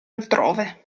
altrove